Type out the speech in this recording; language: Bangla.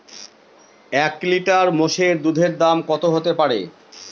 এক লিটার মোষের দুধের দাম কত হতেপারে?